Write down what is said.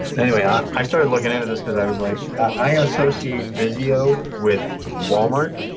anyway, i i started looking at this coz i was like, i associate vizio with walmart.